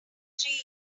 three